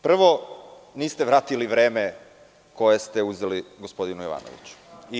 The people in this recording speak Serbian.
Prvo, niste vratili vreme koje ste uzeli gospodinu Jovanoviću i LDP.